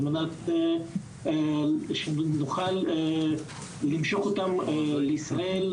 על מנת שנוכל למשוך אותם לישראל,